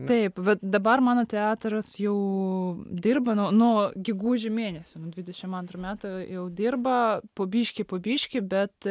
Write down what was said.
taip bet dabar mano teatras jau dirbo nuo nuo gegužė mėnesio nuo dvidešimt antro metų jau dirba po biškį po biškį bet